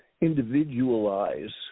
individualize